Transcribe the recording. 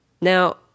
Now